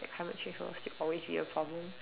climate change will still always be a problem